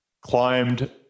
climbed